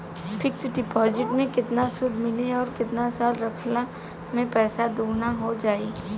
Fix deposit मे केतना सूद मिली आउर केतना साल रखला मे पैसा दोगुना हो जायी?